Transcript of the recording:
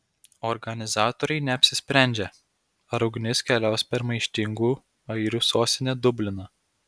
organizatoriai neapsisprendžia ar ugnis keliaus per maištingų airių sostinę dubliną